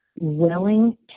willing